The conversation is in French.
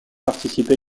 participent